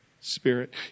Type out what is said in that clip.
spirit